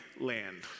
land